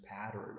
pattern